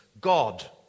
God